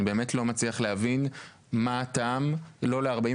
אני באמת לא מצליח להבין מה הטעם ב-45